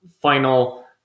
final